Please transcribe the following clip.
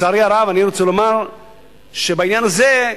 ולצערי הרב, אני רוצה לומר שבעניין הזה,